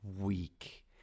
week